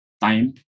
time